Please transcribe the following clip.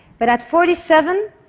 but at forty seven,